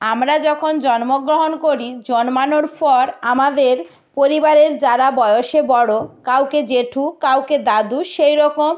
আমরা যখন জন্মগ্রহণ করি জন্মানোর পর আমাদের পরিবারের যারা বয়সে বড় কাউকে জ্যেঠু কাউকে দাদু সেই রকম